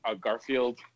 Garfield